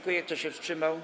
Kto się wstrzymał?